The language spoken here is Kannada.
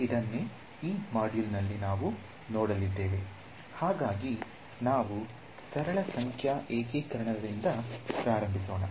ಇದನ್ನೇ ಈ ಮಾಡ್ಯೂಲ್ನಲ್ಲಿ ನಾವು ನೋಡಲಿದ್ದೇವೆ ಹಾಗಾಗಿ ನಾವು ಸರಳ ಸಂಖ್ಯಾ ಏಕೀಕರಣದಿಂದ ಪ್ರಾರಂಭಿಸೋಣ